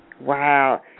Wow